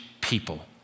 people